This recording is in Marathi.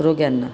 रोग्यांना